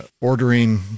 ordering